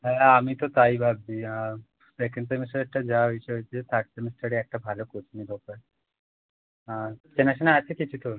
হ্যাঁ আমি তো তাই ভাবছি সেকেন্ড সেমিস্টারেরটা যা হয়েছে হয়েছে থার্ড সেমিস্টারে একটা ভালো কোচিংয়ে ঢোকা চেনাশোনা আছে কিছু তোর